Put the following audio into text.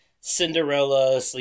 Cinderella